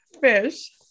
fish